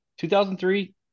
2003